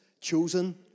chosen